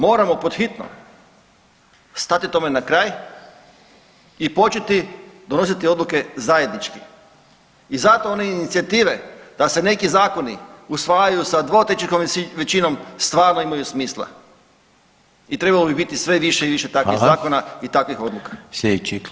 Moramo pod hitno stati tome na kraj i početi donositi odluke zajednički i zato one inicijative da se neki zakonu usvajaju sa dvotrećinskom većinom stvarno imaju smisla i trebalo bi biti sve više i više takvih [[Upadica: Hvala.]] zakona i takvih odluka.